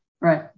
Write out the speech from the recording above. Right